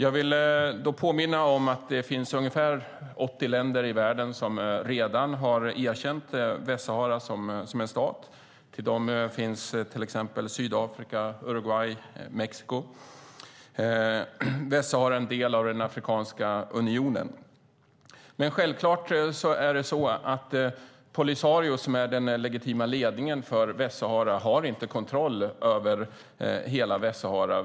Då vill jag påminna om att det finns ungefär 80 länder i världen som redan har erkänt Västsahara som en stat, bland andra Sydafrika, Uruguay och Mexiko. Västsahara är en del av Afrikanska unionen. Men självklart är det så att Polisario, som är den legitima ledningen för Västsahara, inte har kontroll över hela Västsahara.